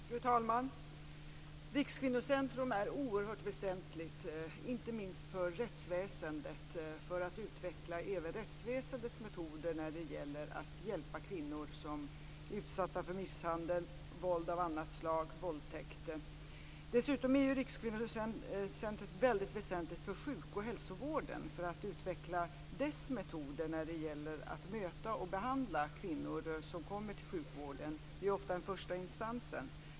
Fru talman! Rikskvinnocentrum är oerhört väsentligt, inte minst för rättsväsendet och för att utveckla även rättsväsendets metoder när det gäller att hjälpa kvinnor som är utsatta för exempelvis misshandel, våld av annat slag och våldtäkter. Dessutom är Rikskvinnocentrum väldigt väsentligt för hälsooch sjukvården och för att utveckla dess metoder när det gäller att möta och behandla kvinnor som kommer till sjukvården. Det är ofta den första instansen.